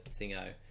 thingo